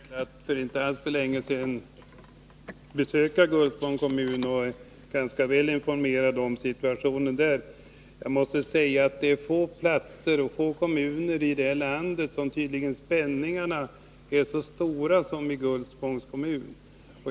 Herr talman! Jag har haft tillfälle att för inte alltför länge sedan besöka Gullspångs kommun och jag är ganska väl informerad om situationen där. På få platser och i få kommuner här i landet är spänningarna så stora som de tydligen är i Gullspångs kommun.